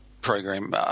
program